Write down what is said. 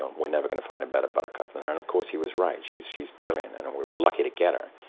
we're never going to find a better buttercup than her. and of course he was right. she's she's brilliant. and we were lucky to get her,